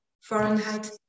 Fahrenheit